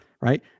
right